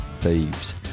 thieves